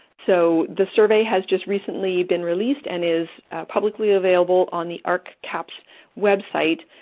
so the survey has just recently been released and is publicly available on the ahrq cahps website.